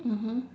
mmhmm